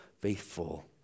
faithful